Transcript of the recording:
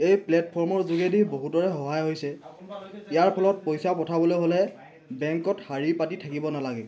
এই প্লেটফৰ্মৰ যোগেদি বহুতৰে সহায় হৈছে ইয়াৰ ফলত পইচা পঠাবলৈ হ'লে বেংকত শাৰী পাতি থাকিব নালাগে